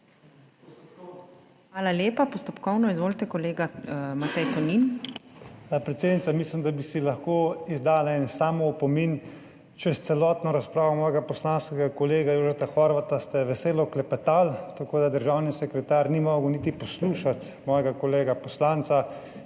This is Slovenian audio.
Hvala lepa. Postopkovno, izvolite, kolega Matej Tonin. **MAG. MATEJ TONIN (PS NSi):** Predsednica, mislim, da bi si lahko dali en samoopomin. Skozi celotno razpravo mojega poslanskega kolega Jožefa Horvata ste veselo klepetali, tako državni sekretar ni mogel niti poslušati mojega kolega poslanca.